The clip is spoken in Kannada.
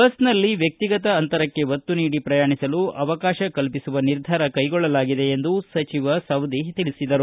ಬಸ್ನಲ್ಲಿ ವ್ಯಕ್ತಿಗತ ಅಂತರಕ್ಕೆ ಒತ್ತು ನೀಡಿ ಪ್ರಯಾಣಿಸಲು ಅವಕಾಶ ಕಲ್ಪಿಸುವ ನಿರ್ಧಾರ ಕೈಗೊಳ್ಳಲಾಗಿದೆ ಎಂದು ಅವರು ಹೇಳಿದರು